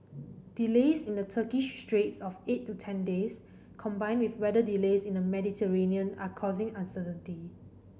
delays in the Turkish straits of eight to ten days combined with weather delays in the Mediterranean are causing uncertainty